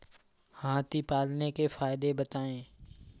हाथी पालने के फायदे बताए?